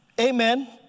amen